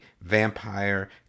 vampire